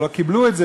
או לא קיבלו את זה,